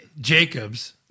Jacobs